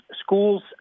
schools